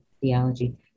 theology